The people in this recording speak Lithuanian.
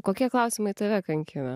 kokie klausimai tave kankina